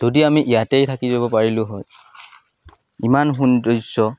যদি আমি ইয়াতেই থাকি যাব পাৰিলোঁ হয় ইমান সৌন্দৰ্য্য